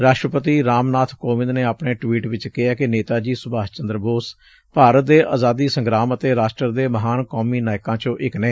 ਰਾਸ਼ਟਰਪਤੀ ਰਾਮ ਨਾਥ ਕੋਵਿੰਦ ਨੇ ਆਪਣੇ ਟਵੀਟ ਚ ਕਿਹਾ ਕਿ ਨੇਤਾ ਜੀ ਸੁਭਾਸ਼ ਚੰਦਰ ਬੋਸ ਭਾਰਤ ਦੇ ਆਜ਼ਾਦੀ ਸੰਗਰਾਮ ਅਤੇ ਰਾਸ਼ਟਰ ਦੇ ਮਹਾਨ ਕੌਮੀ ਨਾਇਕਾਂ ਚੋ ਇਕ ਨੇ